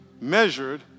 measured